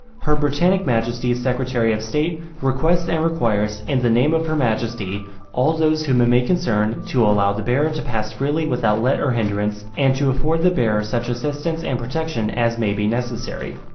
her britannic majesty's secretary of state requests and requires in the name of her majesty all those whom it may concern to allow the bearer to pass freely without let or hindrance, and to afford the bearer such assistance and protection as may be necessary.